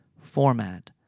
format